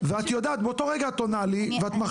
ואת יודעת, באותו רגע את עונה לי ואת מחריגה.